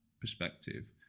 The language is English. perspective